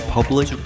Public